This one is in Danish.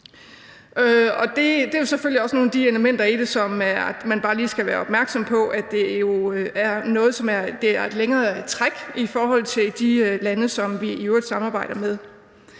det er selvfølgelig også nogle af de elementer, som man jo bare lige skal være opmærksom på kræver et længere træk i forhold til de lande, som vi i øvrigt samarbejder med.